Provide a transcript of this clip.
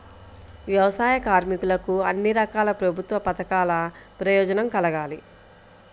వ్యవసాయ కార్మికులకు అన్ని రకాల ప్రభుత్వ పథకాల ప్రయోజనం కలగాలి